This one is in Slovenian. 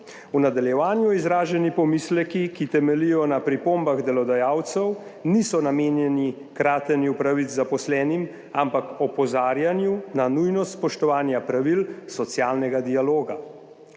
v nadaljevanju izraženi pomisleki, ki temeljijo na pripombah delodajalcev, niso namenjeni kratenju pravic zaposlenim, ampak opozarjanju na nujnost spoštovanja pravil socialnega dialoga.